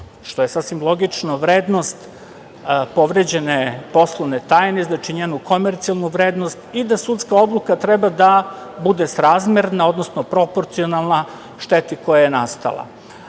što je sasvim logično, vrednost povređene poslovne tajne, znači, njenu komercijalnu vrednost i da sudska odluka treba da bude srazmerna, odnosno proporcionalna šteti koja je nastala. Sama